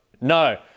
No